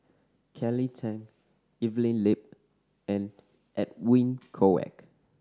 Kelly Tang Evelyn Lip and Edwin Koek